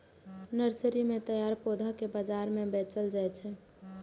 nursery मे तैयार पौधा कें बाजार मे बेचल जाइ छै